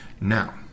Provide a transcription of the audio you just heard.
now